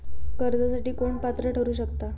कर्जासाठी कोण पात्र ठरु शकता?